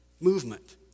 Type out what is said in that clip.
movement